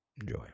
Enjoy